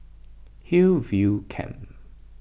Hillview Camp